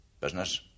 business